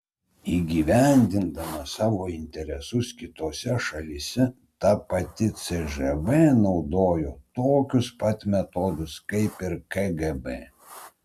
įgyvendindama savo interesus kitose šalyse ta pati cžv naudojo tokius pat metodus kaip kgb